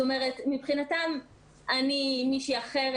מבחינתם אני מישהי אחרת.